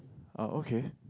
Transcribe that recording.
ah okay